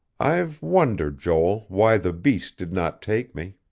i've wondered, joel, why the beast did not take me.